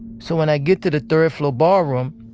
so when i get to the third-floor ballroom,